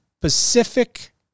Pacific